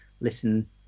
listen